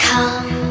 Come